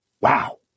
wow